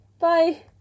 Bye